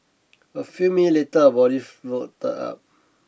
a few minute later a up